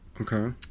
Okay